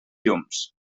llums